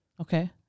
Okay